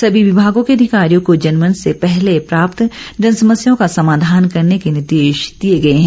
सभी विभागों के अधिकारियों को जनमंच से पहले प्राप्त जनसमस्याओं का समाधान करने के निर्देश दिए गए हैं